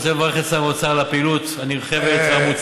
אני רוצה לברך את שר האוצר על הפעילות הנרחבת והמוצלחת.